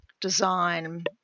design